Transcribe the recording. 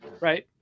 right